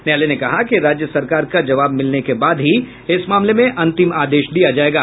न्यायालय ने कहा है कि राज्य सरकार का जवाब मिलने के बाद ही इस मामले में अंतिम आदेश दिया जायेगा